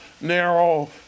narrow